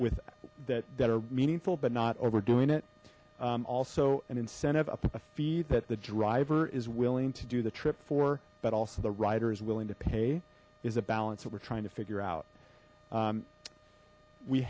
with that that are meaningful but not overdoing it also an incentive a fee that the driver is willing to do the trip for but also the rider is willing to pay is a balance that we're trying to figure out